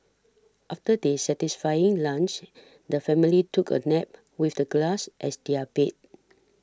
after their satisfying lunch the family took a nap with the grass as their bed